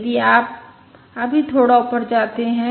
यदि आप अभी थोड़ा ऊपर जाते हैं